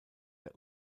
der